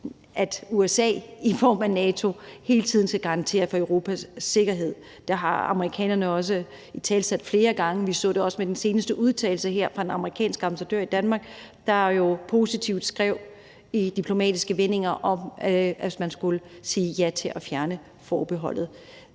at USA i form af NATO hele tiden kan garantere for Europas sikkerhed. Amerikanerne har også italesat det flere gange, og vi så det også med den seneste udtalelse fra den amerikanske ambassadør i Danmark, der jo i diplomatiske vendinger skrev, at man skulle sige ja til at fjerne forbeholdet.